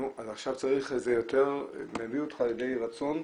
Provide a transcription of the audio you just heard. עכשיו זה יותר מביא אותך לידי רצון,